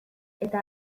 eta